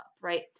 right